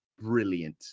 Brilliant